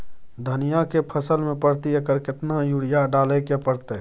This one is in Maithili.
धनिया के फसल मे प्रति एकर केतना यूरिया डालय के परतय?